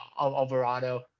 Alvarado